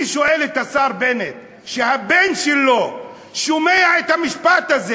אני שואל את השר בנט: כשהבן שלו שומע את המשפט הזה,